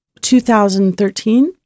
2013